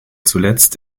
zuletzt